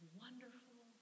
wonderful